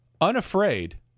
unafraid